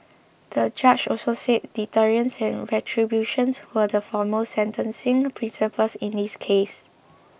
the judge also said deterrence and retributions were the foremost sentencing principles in this case